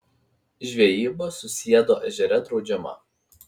žvejyba susiedo ežere draudžiama